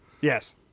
Yes